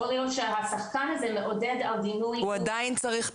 יכול להיות שהשחקן הזה מעודד דימוי גוף -- הוא עדיין צריך פיקוח,